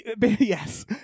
yes